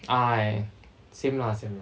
ah same lah same lah